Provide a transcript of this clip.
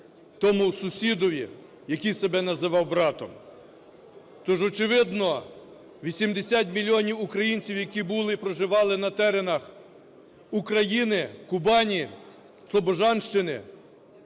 тому сусідові, який себе називав братом. Тож, очевидно, 80 мільйонів українців, які були і проживали на теренах України, Кубані, Слобожанщини